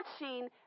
watching